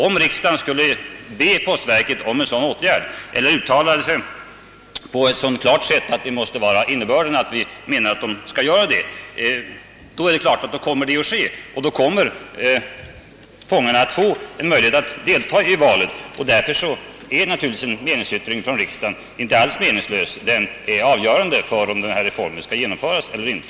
Om riksdagen skulle be postverket vidta en sådan åtgärd eller uttala sig på ett sådant sätt, att innebörden måste vara att detta skall göras, då är det klart att det också kommer att göras, och därigenom kommer fångarna att få en möjlighet att deltaga i valet. Därför är naturligtvis en meningsyttring från riksdagen inte alls meningslös. Den är i stället avgörande för om reformen skall genomföras eller inte.